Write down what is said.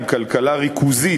עם כלכלה ריכוזית,